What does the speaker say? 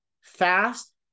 fast